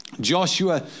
Joshua